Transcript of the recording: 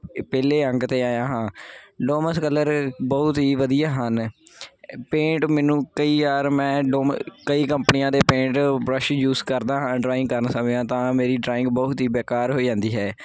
ਇਹ ਪਹਿਲੇ ਅੰਕ 'ਤੇ ਆਇਆ ਹਾਂ ਡੋਮਸ ਕਲਰ ਬਹੁਤ ਹੀ ਵਧੀਆ ਹਨ ਪੇਂਟ ਮੈਨੂੰ ਕਈ ਵਾਰ ਮੈਂ ਡੋਮ ਕਈ ਕੰਪਨੀਆਂ ਦੇ ਪੇਂਟ ਬਰਸ਼ ਯੂਸ ਕਰਦਾ ਹਾਂ ਡਰਾਇੰਗ ਕਰਨ ਸਮੇਂ ਆ ਤਾਂ ਮੇਰੀ ਡਰਾਇੰਗ ਬਹੁਤ ਹੀ ਬੇਕਾਰ ਹੋਈ ਜਾਂਦੀ ਹੈ